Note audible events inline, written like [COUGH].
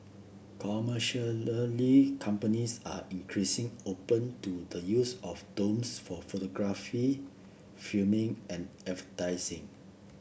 [UNINTELLIGIBLE] companies are increasing open to the use of drones for photography filming and [UNINTELLIGIBLE]